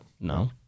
No